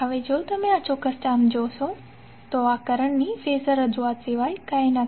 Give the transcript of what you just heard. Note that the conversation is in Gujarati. હવે જો તમે આ ચોક્ક્સ ટર્મ જોશો તો આ કરંટની ફેઝર રજૂઆત સિવાય કંઈ નથી